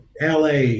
LA